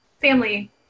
family